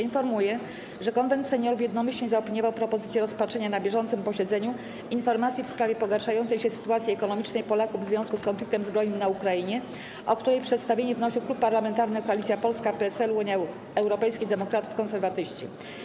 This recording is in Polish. Informuję, że Konwent Seniorów jednomyślnie zaopiniował propozycję rozpatrzenia na bieżącym posiedzeniu informacji w sprawie pogarszającej się sytuacji ekonomicznej Polaków w związku z konfliktem zbrojnym na Ukrainie, o której przedstawienie wnosił Klub Parlamentarny Koalicja Polska - PSL, UED, Konserwatyści.